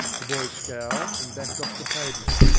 the boy scowled and backed off the pavement.